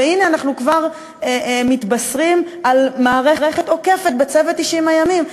והנה אנחנו כבר מתבשרים על מערכת עוקפת בצוות 90 הימים.